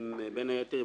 בין היתר,